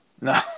No